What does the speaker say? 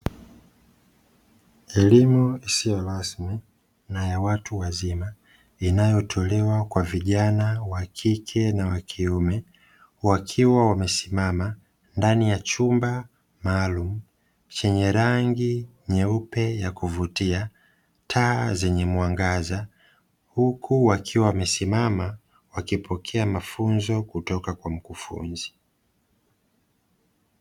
Elimu isiyo rasmi na ya watu wazima inayotolewa kwa vijana wakike na wakiume wakiwa wamesimama ndani ya chumba maalumu chenye rangi nyeupe ya kuvutia taa zanye mwangaza huku wakiwa wamesimama wakipokea mafunzo kutoka kwa mkufunzi.